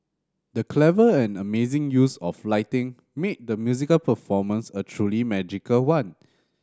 the clever and amazing use of lighting made the musical performance a truly magical one